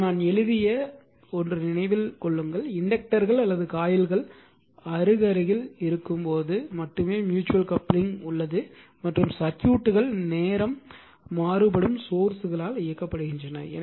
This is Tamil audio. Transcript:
இப்போது நான் எழுதிய ஒன்று நினைவில் கொள்ளுங்கள் இன்டக்டர்கள் அல்லது காயில்கள் அருகிலேயே இருக்கும் போது மட்டுமே ம்யூட்சுவல் கப்ளிங் உள்ளது மற்றும் சர்க்யூட்டுகள் நேரம் மாறுபடும் சோர்ஸ்களால் இயக்கப்படுகின்றன